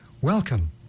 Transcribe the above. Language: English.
Welcome